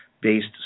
based